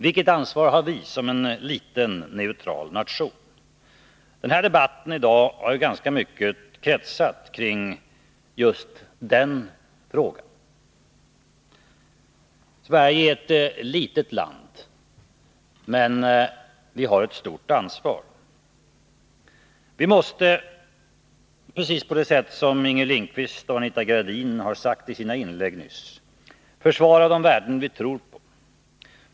Vilket ansvar har vi som en liten, neutral nation? Debatten i dag har ganska mycket kretsat kring just den frågan. Sverige är ett litet land, men vi har ett stort ansvar. Vi måste, precis som Inger Lindquist och Anita Gradin har sagt i sina inlägg nyss, försvara de värden vi tror på.